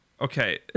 Okay